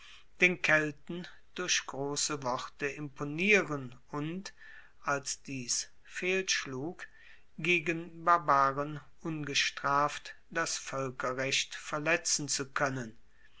den kelten durch grosse worte imponieren und als dies fehlschlug gegen barbaren ungestraft das voelkerrecht verletzen zu koennen